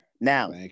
Now